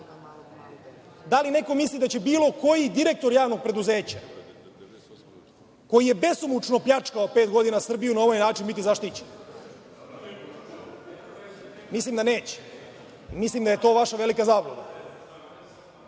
Da li neko misli da će bilo koji direktor javnog preduzeća koji je besomučno pljačkao pet godina Srbiju na ovaj način biti zaštićen? Mislim da neće. Mislim da je to vaša velika zabluda. Znam